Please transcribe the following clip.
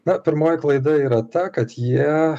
na pirmoji klaida yra ta kad jie